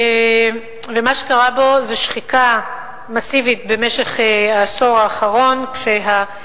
ומה שקרה בו במשך העשור האחרון זה שחיקה מסיבית,